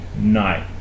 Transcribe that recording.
night